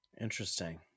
Interesting